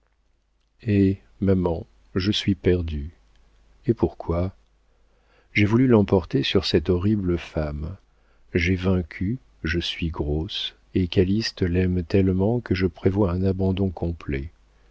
maman je suis perdue et pourquoi j'ai voulu l'emporter sur cette horrible femme j'ai vaincu je suis grosse et calyste l'aime tellement que je prévois un abandon complet